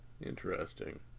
Interesting